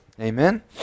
Amen